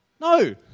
No